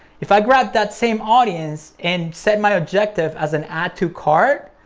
if i grabbed that same audience and set my objective as an add to cart,